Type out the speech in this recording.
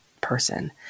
person